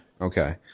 Okay